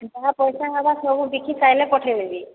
ଯାହା ପଇସା ହେବା ସବୁ ବିକି ସାରିଲେ ପଠେଇ ଦେବି